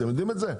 אתם יודעים את זה?